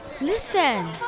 Listen